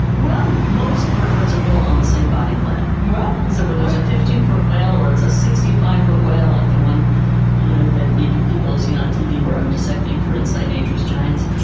well, most vertebrates are built on the same body plan. so, whether it's a fifteen foot whale, or it's a sixty five foot whale like the one you know that maybe people have seen on tv where i'm dissecting for inside nature's giants,